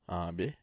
ah habis